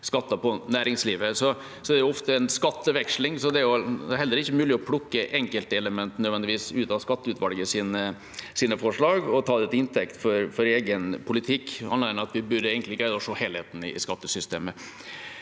skatter på næringslivet. Det er ofte en skatteveksling, så det er heller ikke nødvendigvis mulig å plukke enkeltelementer ut av skatteutvalgets forslag og ta det til inntekt for egen politikk, annet enn at vi egentlig burde greie å se helheten i skattesystemet.